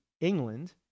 England